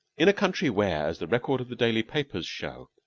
in a country where, as the records of the daily papers show,